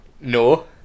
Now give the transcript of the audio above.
No